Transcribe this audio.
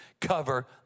cover